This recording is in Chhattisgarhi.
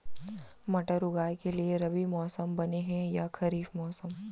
मटर उगाए के लिए रबि मौसम बने हे या खरीफ मौसम?